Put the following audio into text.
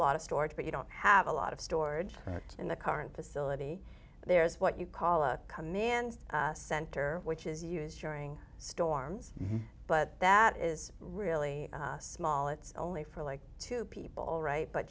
lot of storage but you don't have a lot of storage correct in the car and facility there is what you call a command center which is used during storms but that is really small it's only for like two people right but